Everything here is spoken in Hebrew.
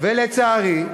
לצערי,